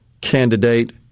candidate